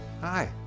Hi